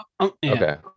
Okay